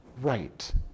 right